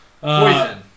Poison